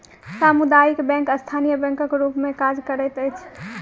सामुदायिक बैंक स्थानीय बैंकक रूप मे काज करैत अछि